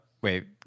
Wait